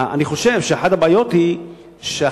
אני חושב שאחת הבעיות היא שהחברה,